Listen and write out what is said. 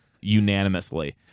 unanimously